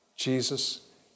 Jesus